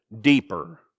deeper